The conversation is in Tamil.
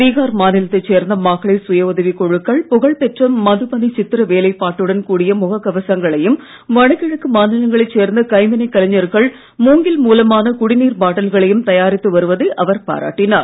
பீகார் மாநிலத்தைச் சேர்ந்த மகளிர் சுயஉதவிக் குழுக்கள் புகழ்பெற்ற மதுபனி சித்திர வேலைப்பாட்டுடன் கூடிய முகக் கவசங்களையும் வடகிழக்கு மாநிலங்களை சேர்ந்த கைவினைக் கலைஞர்கள் மூங்கில் மூலமான குடிநீர் பாட்டில்களையும் தயாரித்து வருவதை அவர் பாராட்டினார்